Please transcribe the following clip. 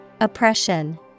Oppression